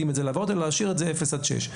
אלא להשאיר את זה אפס עד שש.